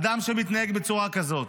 אדם שמתנהג בצורה כזאת.